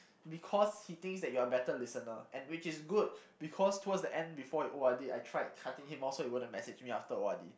because he thinks that you are a better listener and which is good because towards the end before you O_R_D I tried cutting him off so he wouldn't message me after O_R_D